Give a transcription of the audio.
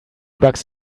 bucks